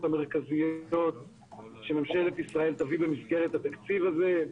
המרכזיות שממשלת ישראל תביא במסגרת התקציב הזה.